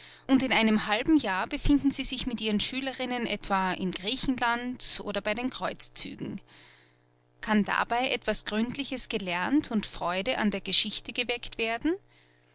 und in einem halben jahr befinden sie sich mit ihren schülerinnen etwa in griechenland oder bei den kreuzzügen kann dabei etwas gründliches gelernt und freude an der geschichte geweckt werden